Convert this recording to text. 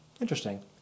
Interesting